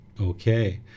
okay